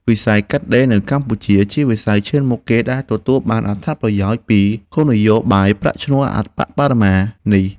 វិស័យកាត់ដេរនៅតែជាវិស័យឈានមុខគេដែលទទួលបានអត្ថប្រយោជន៍ពីគោលនយោបាយប្រាក់ឈ្នួលអប្បបរមានេះ។